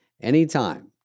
anytime